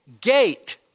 gate